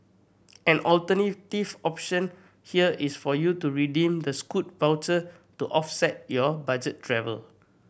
an alternative option here is for you to redeem the Scoot voucher to offset your budget travel